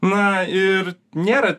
na ir nėra